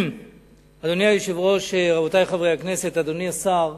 אדוני היושב-ראש, רבותי חברי הכנסת, אדוני השר,